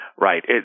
right